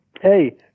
hey